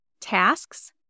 tasks